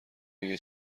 دیگه